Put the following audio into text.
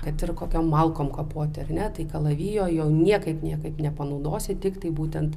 kad ir kokiom malkom kapoti ar ne tai kalavijo jau niekaip niekaip nepanaudosi tiktai būtent